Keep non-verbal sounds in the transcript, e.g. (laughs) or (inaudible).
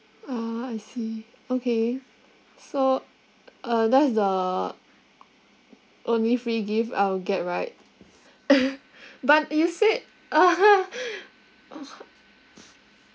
ah I see okay so (noise) uh that's the only free gift I will get right (laughs) but you said (laughs) (noise)